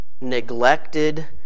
neglected